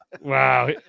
Wow